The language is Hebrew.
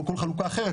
או כל חלוקה אחרת,